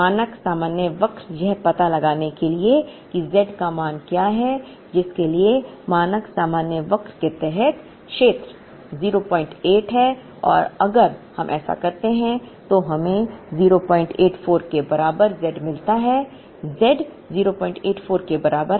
मानक सामान्य वक्र यह पता लगाने के लिए कि z का मान क्या है जिसके लिए मानक सामान्य वक्र के तहत क्षेत्र 08 है और अगर हम ऐसा करते हैं तो हमें 084 के बराबर z मिलता है z 084 के बराबर है